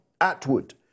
Atwood